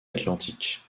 atlantic